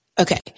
Okay